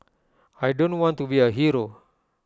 I don't want to be A hero